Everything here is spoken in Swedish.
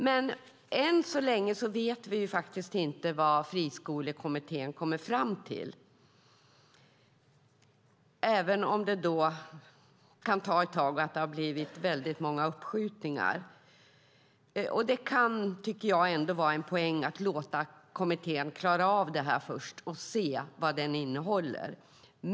Men än så länge vet vi faktiskt inte vad Friskolekommittén kommer fram till. Det kan ta ett tag eftersom detta har skjutits upp många gånger. Jag tycker ändå att det kan vara en poäng att låta kommittén klara av detta först för att vi ska se vad kommitténs förslag innehåller.